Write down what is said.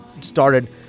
started